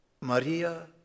Maria